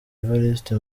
evariste